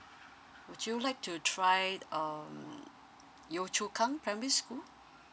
would you like to try um yio chu kang primary school